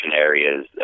areas